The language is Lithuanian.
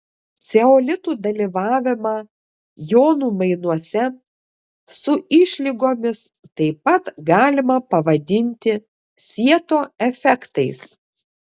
ceolitų dalyvavimą jonų mainuose su išlygomis taip pat galima pavadinti sieto efektais